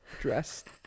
dressed